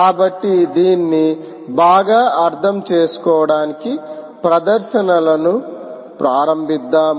కాబట్టి దీన్ని బాగా అర్థం చేసుకోవడానికి ప్రదర్శనలను ప్రారంభిద్దాం